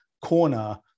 corner